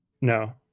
no